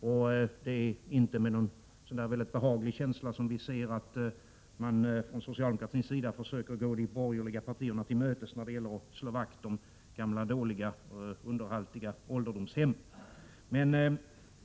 Och det är inte med någon särskilt behaglig känsla som vi ser att man från socialdemokraternas sida försöker att gå de borgerliga partierna till mötes när det gäller att slå vakt om gamla, dåliga och underhaltiga ålderdomshem.